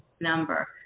number